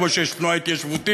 כמו שיש תנועה התיישבותית,